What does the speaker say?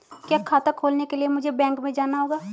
क्या खाता खोलने के लिए मुझे बैंक में जाना होगा?